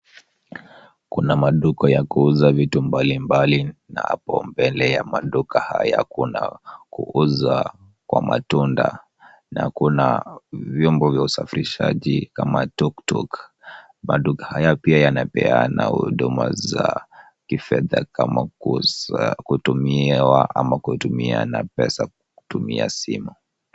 Kuna maduka ya kuuza vitu mbalimbali na hapo mbele ya maduka haya kuna kuuzwa kwa matunda na kuna vyombo vya usafirishaji kama tuktuk . Maduka haya pia yanapeana huduma za kifedha kama kutumiwa ama kutumiana pesa kutumia simu.